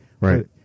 Right